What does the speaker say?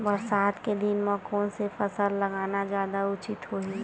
बरसात के दिन म कोन से फसल लगाना जादा उचित होही?